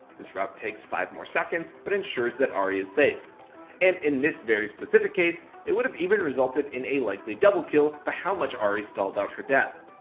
this route takes five more seconds, but ensures that ahri is safe and in this very specific case, it would have even resulted in a likely double kill by how much ahri stalled out her death.